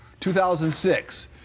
2006